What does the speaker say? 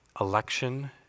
election